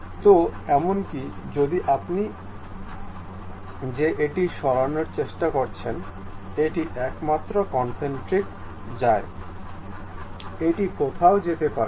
সুতরাং এমনকি যদি আপনি যে এটি সরানোর চেষ্টা করছেন এটি একমাত্র কনসেন্ট্রিক যায় এটি কোথাও যেতে পারে না